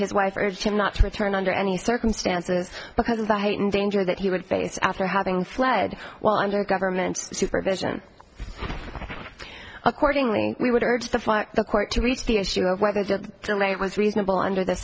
his wife urged him not to return under any circumstances because of the heightened danger that he would face after having fled while under government supervision accordingly we would urge the the court to reach the issue of whether the delay was reasonable under the